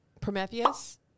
Prometheus